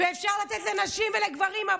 אפשר לתת לנשים ולגברים,